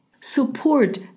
Support